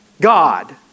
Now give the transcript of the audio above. God